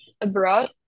abroad